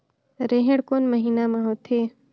रेहेण कोन महीना म होथे?